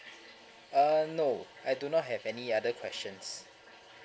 uh no I do not have any other questions